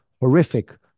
horrific